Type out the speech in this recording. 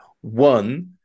one